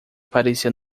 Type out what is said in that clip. parecia